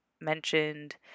mentioned